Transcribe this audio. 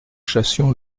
chassions